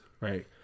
right